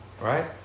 Right